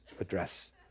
address